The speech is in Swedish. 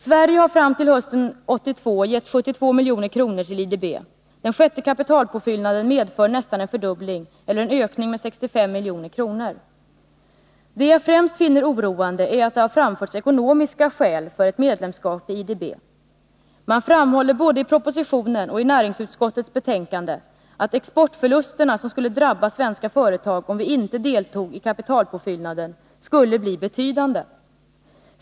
Sverige har fram till hösten 1982 gett 72 milj.kr. till IDB. Den sjätte kapitalpåfyllnaden med 65 milj.kr. medför nästan en fördubbling. Det jag främst finner oroande är att det framförts ekonomiska skäl för ett medlemskap i IDB. Man framhåller både i propositionen och i näringsutskottets betänkande att de exportförluster som skulle drabba svenska företag om vi inte deltog i kapitalpåfyllnaden skulle bli betydande.